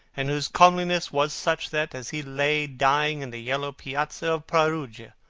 and whose comeliness was such that, as he lay dying in the yellow piazza perugia,